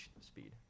speed